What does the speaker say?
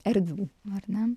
erdvių ar ne